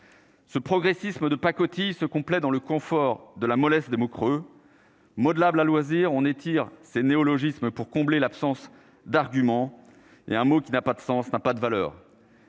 Ce progressisme de pacotille se complaît dans le confort de la mollesse des mots creux modelables à loisir on étire ses néologismes pour combler l'absence d'arguments est un mot qui n'a pas de sens, n'a pas de valeur.